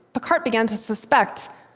picquart began to suspect